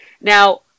Now